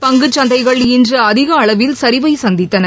பங்குச்சந்தைகள் இன்று அதிக அளவில் சரிவை சந்தித்தன